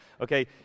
Okay